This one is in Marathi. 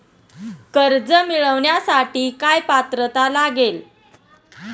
कर्ज मिळवण्यासाठी काय पात्रता लागेल?